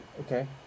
Okay